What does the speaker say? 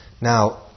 Now